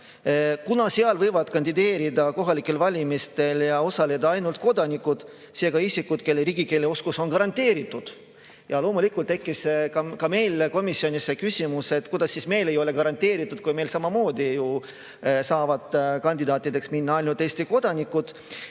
kuna seal võivad kohalikel valimistel kandideerida ja osaleda ainult [Läti] kodanikud, seega isikud, kelle riigikeeleoskus on garanteeritud. Ja loomulikult tekkis ka meil komisjonis see küsimus, et kuidas siis meil ei ole garanteeritud, kui meil samamoodi saavad kandidaadid olla ainult Eesti kodanikud.